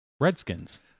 Redskins